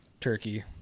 turkey